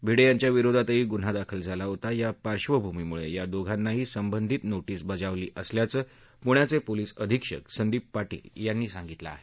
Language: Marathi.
भिडे यांच्या विरोधातही गुन्हा दाखल झाला होता या पार्श्वभूमीमुळे या दोघांनाही संबंधित नोशिस बजावली असल्याचं पुण्याचे पोलिस अधीक्षक संदीप पार्शिल यांनी सांगितलं आहे